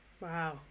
wow